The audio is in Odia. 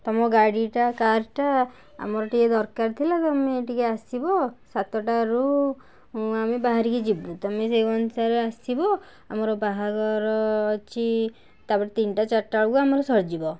ତୁମ ଗାଡ଼ିଟା କାର୍ଟା ଆମର ଟିକେ ଦରକାର ଥିଲା ତୁମେ ଟିକେ ଆସିବ ସାତଟାରୁ ଆମେ ବାହାରକି ଯିବୁ ତୁମେ ସେଇ ଅନୁସାରେ ଆସିବ ଆମର ବାହାଘର ଅଛି ତା'ପରେ ତିନିଟା ଚାରିଟା ବେଳକୁ ଆମର ସରିଯିବ